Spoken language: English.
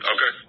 Okay